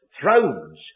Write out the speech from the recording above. thrones